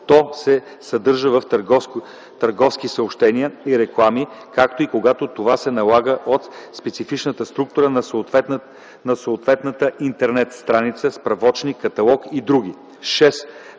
то се съдържа в търговски съобщения и реклами, както и когато това се налага от специфичната структура на съответната интернет страница, справочник, каталог и други.